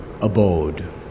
abode